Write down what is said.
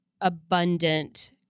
abundant